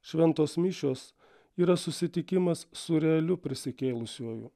šventos mišios yra susitikimas su realiu prisikėlusiuoju